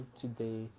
today